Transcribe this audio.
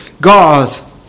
God